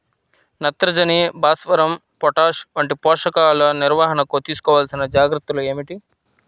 నత్రజని, భాస్వరం, పొటాష్ వంటి పోషకాల నిర్వహణకు తీసుకోవలసిన జాగ్రత్తలు ఏమిటీ?